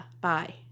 Bye